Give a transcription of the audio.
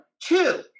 two